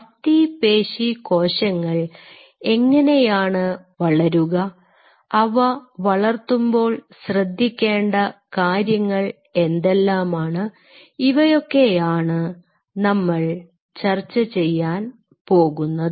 അസ്ഥിപേശി കോശങ്ങൾ എങ്ങനെയാണ് വളരുക അവ വളർത്തുമ്പോൾ ശ്രദ്ധിക്കേണ്ട കാര്യങ്ങൾ എന്തെല്ലാമാണ് ഇവയൊക്കെയാണ് നമ്മൾ ചർച്ച ചെയ്യാൻ പോകുന്നത്